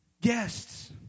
guests